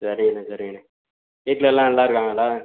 சரிங்கண்ணே சரிங்கண்ணே வீட்டில் எல்லாம் நல்லா இருங்காங்களா